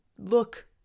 look